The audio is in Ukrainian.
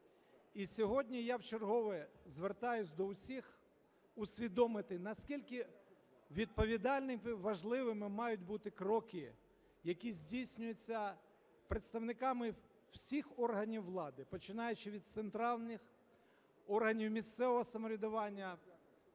І сьогодні я вчергове звертаюсь до всіх усвідомити, наскільки відповідальними і важливими мають бути кроки, які здійснюються представниками всіх органів влади, починаючи від центральних, органів місцевого самоврядування,